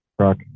truck